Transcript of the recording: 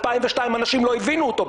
בדיונים שקיימנו בדקנו את